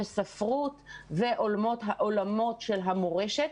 ספרות והעולמות של המורשת,